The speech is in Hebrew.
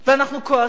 אנחנו כועסים.